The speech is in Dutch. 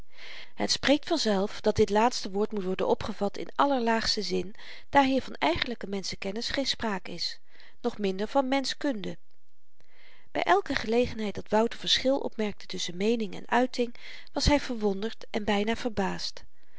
het spreekt vanzelf dat dit laatste woord moet worden opgevat in allerlaagsten zin daar hier van eigenlyke menschenkennis geen spraak is nog minder van menschkunde by elke gelegenheid dat wouter verschil opmerkte tusschen meening en uiting was hy verwonderd en byna verbaasd